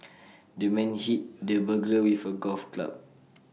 the man hit the burglar with A golf club